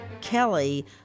Kelly